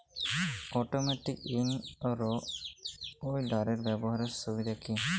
Automatic in row উইডারের ব্যবহারের সুবিধা কি?